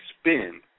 spin